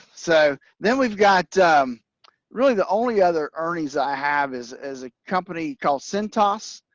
so then we've got really the only other earnings i have is is a company called cintas,